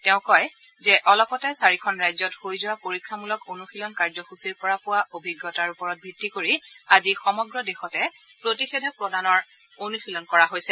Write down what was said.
তেওঁ কয় যে অলপতে চাৰিখন ৰাজ্যত হৈ যোৱা পৰীক্ষামূলক অনুশীলন কাৰ্যসূচীৰ পৰা পোৱা অভিজ্ঞতাৰ ওপৰত ভিত্তি কৰি আজি সমগ্ৰ দেশতে প্ৰতিষেধক প্ৰদানৰ অনুশীলন কৰা হৈছে